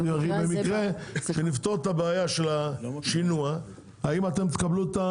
אם נפתור את בעיית השינוע זה יוריד?